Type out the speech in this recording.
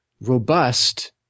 robust